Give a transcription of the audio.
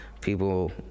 people